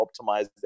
optimize